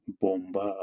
bomba